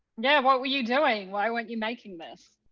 yeah. what were you doing? why weren't you making this?